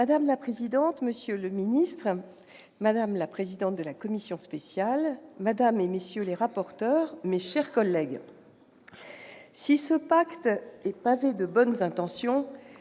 Madame la présidente, monsieur le ministre, madame la présidente de la commission spéciale, madame, messieurs les rapporteurs, mes chers collègues, si ce « PACTE » est pavé de bonnes intentions,